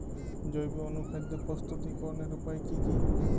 জৈব অনুখাদ্য প্রস্তুতিকরনের উপায় কী কী?